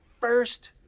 first